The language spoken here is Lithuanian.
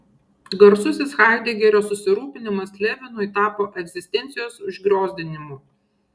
garsusis haidegerio susirūpinimas levinui tapo egzistencijos užgriozdinimu